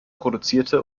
produzierte